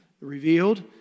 revealed